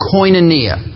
Koinonia